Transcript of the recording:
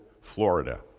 Florida